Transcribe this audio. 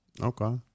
Okay